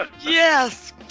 Yes